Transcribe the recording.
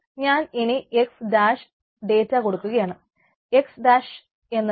ഞാൻ ഇനി x dash data കൊടുക്കുകയാണ്